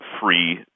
free